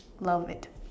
love it